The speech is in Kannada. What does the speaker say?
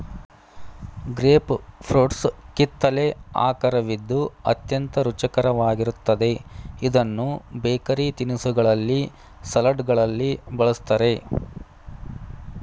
ಗ್ರೇಪ್ ಫ್ರೂಟ್ಸ್ ಕಿತ್ತಲೆ ಆಕರವಿದ್ದು ಅತ್ಯಂತ ರುಚಿಕರವಾಗಿರುತ್ತದೆ ಇದನ್ನು ಬೇಕರಿ ತಿನಿಸುಗಳಲ್ಲಿ, ಸಲಡ್ಗಳಲ್ಲಿ ಬಳ್ಸತ್ತರೆ